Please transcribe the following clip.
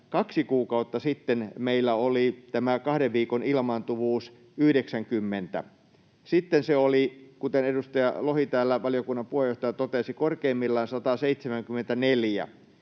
kaksi kuukautta sitten meillä oli tämä kahden viikon ilmaantuvuus 90, sitten se oli, kuten edustaja, valiokunnan puheenjohtaja Lohi täällä